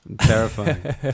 Terrifying